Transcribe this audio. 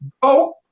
Go